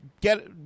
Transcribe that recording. Get